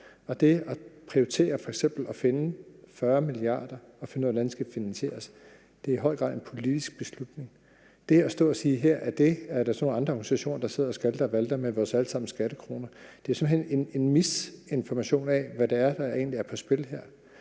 det at prioritere f.eks. at finde 40 mia. kr. og finde ud af, hvordan det skal finansieres, er i høj grad en politisk beslutning. Det at stå og sige her, at der så er nogle andre organisationer, der sidder og skalter og valter med vores alle sammens skattekroner, er simpelt hen misinformation om, hvad det er, der egentlig er på spil her.